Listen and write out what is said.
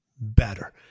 better